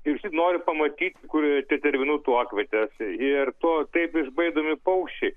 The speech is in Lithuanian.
ir visi nori pamatyt kur tetervinų tuokvietės ir to taip išbaidomi paukščiai